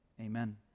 Amen